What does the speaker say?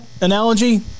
analogy